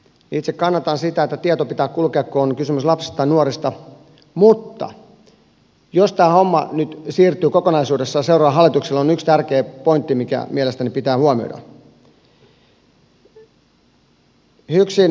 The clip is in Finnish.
itse kannatan sitä että tiedon pitää kulkea kun on kysymys lapsista tai nuorista mutta jos tämä homma nyt siirtyy kokonaisuudessaan seuraavalle hallitukselle on yksi tärkeä pointti mikä mielestäni pitää huomioida